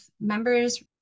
members